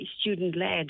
student-led